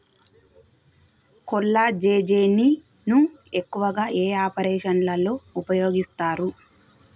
కొల్లాజెజేని ను ఎక్కువగా ఏ ఆపరేషన్లలో ఉపయోగిస్తారు?